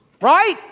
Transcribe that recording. Right